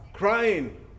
Crying